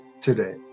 today